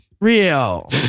Real